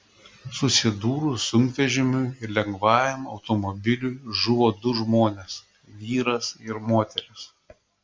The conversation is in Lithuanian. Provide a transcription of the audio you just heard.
susidūrus sunkvežimiui ir lengvajam automobiliui žuvo du žmonės vyras ir moteris